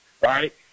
right